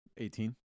18